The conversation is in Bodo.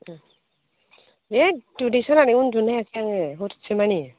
एद उदै सानानै उन्दुनो हायाखै आङो हरसेमानि